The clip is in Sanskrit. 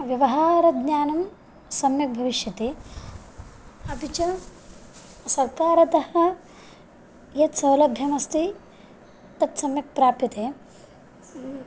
व्यवहारज्ञानं सम्यक् भविष्यति अपि च सर्कारतः यत् सौलभ्यमस्ति तत् सम्यक् प्राप्यते